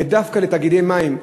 ודווקא לתאגידי מים,